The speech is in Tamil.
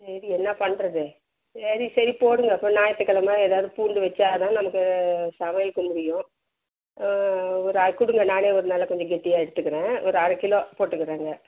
சரி என்ன பண்ணுறது சரி சரி போடுங்க அப்புறம் ஞாயிற்று கெழம ஏதாவது பூண்டு வைச்சாதான் நமக்கு சமைக்க முடியும் ஒரு கொடுங்க நானே ஒரு நல்ல கொஞ்சம் கெட்டியாக எடுத்துக்கிறேன் ஒரு அரை கிலோ போட்டுக்கிறேங்க